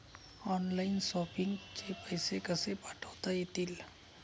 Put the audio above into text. Online shopping चे पैसे कसे पाठवता येतील?